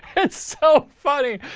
it's so funny,